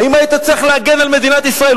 האם היית צריך להגן על מדינת ישראל,